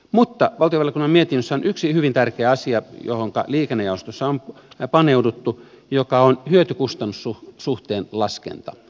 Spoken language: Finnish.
mutta valtiovarainvaliokunnan mietinnössä on yksi hyvin tärkeä asia johonka liikennejaostossa on paneuduttu ja se on hyötykustannus suhteen laskenta